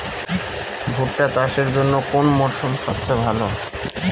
ভুট্টা চাষের জন্যে কোন মরশুম সবচেয়ে ভালো?